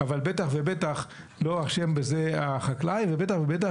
אבל בטח ובטח לא אשם בזה החקלאי ובטח ובטח